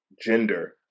gender